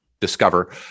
Discover